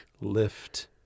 lift